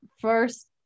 first